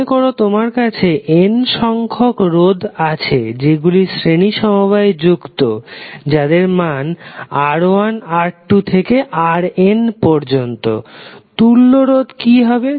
মনেকরো তোমার কাছে n সংখ্যক রোধ আছে যেগুলি শ্রেণী সমবায়ে যুক্ত যাদের মান R1 R2 থেকে Rn পর্যন্ত তুল্য রোধ কি হবে